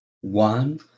one